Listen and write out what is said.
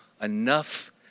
enough